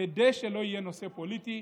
כדי שלא יהיה נושא פוליטי,